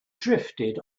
drifted